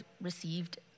received